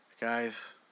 Guys